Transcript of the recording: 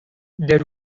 there